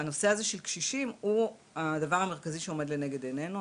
הנושא של המענה שניתן לקשישים הוא הדבר שעומד לנגד עינינו,